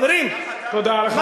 תודה.